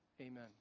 Amen